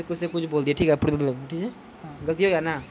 भारतो मे दुनू किनारा मिलाय करि के पचपन मुहाना छै